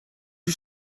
you